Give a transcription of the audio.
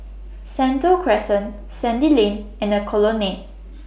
Sentul Crescent Sandy Lane and Colonnade